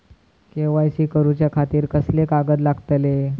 KYC करूच्या खातिर कसले कागद लागतले?